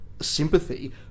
sympathy